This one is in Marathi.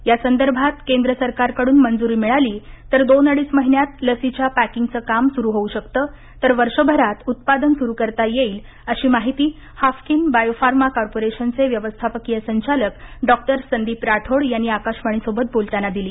यासंदर्भात केंद्र सरकारकडून मंजुरी मिळाली तर दोन अडीच महिन्यात लशीच्या पॅकिंगचे काम सुरू होऊ शकतं तर वर्षभरात उत्पादन सुरू करता येईल अशी माहिती हाफकिन बायो फार्मा कारपोरेशनचे व्यवस्थापकीय संचालक डॉक्टर संदीप राठोड यांनी आकाशवाणीसोबत बोलताना दिली